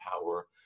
power